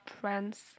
friends